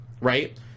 right